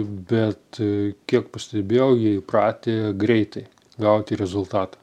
bet kiek pastebėjau jie įpratę greitai gauti rezultatą